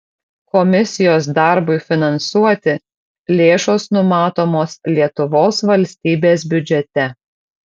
komisijos darbui finansuoti lėšos numatomos lietuvos valstybės biudžete